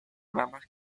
ramas